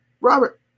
Robert